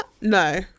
no